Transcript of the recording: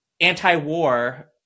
anti-war